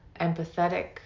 empathetic